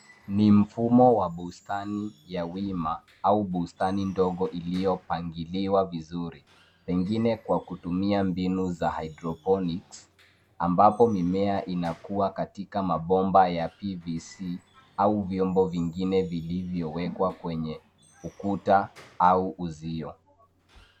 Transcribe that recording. Ni mfumo wa bustani ya wima, au bustani ndogo iliyopangiliwa vizuri. Pengine kwa kutumia mbinu za hydroponics , ambapo mimea inakuwa katika mabomba ya PVC, au vyombo vingine vilivyowekwa kwenye ukuta au uzio.